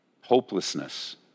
hopelessness